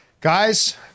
guys